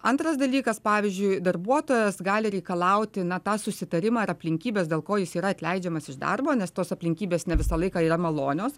antras dalykas pavyzdžiui darbuotojas gali reikalauti na tą susitarimą ar aplinkybes dėl ko jis yra atleidžiamas iš darbo nes tos aplinkybės ne visą laiką yra malonios